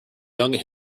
young